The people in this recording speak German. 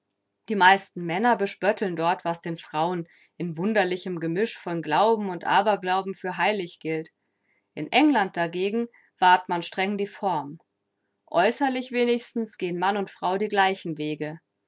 die meisten männer bespötteln dort was den frauen in wunderlichem gemisch von glauben und aberglauben für heilig gilt in england dagegen wahrt man streng die form aeußerlich wenigstens gehen mann und frau die gleichen wege